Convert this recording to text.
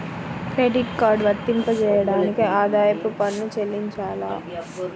Credit card వర్తింపజేయడానికి ఆదాయపు పన్ను చెల్లించాలా?